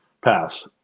Pass